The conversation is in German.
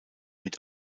mit